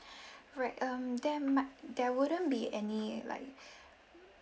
right um there might there wouldn't be any like